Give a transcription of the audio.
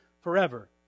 forever